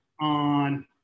on